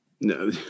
No